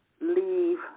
leave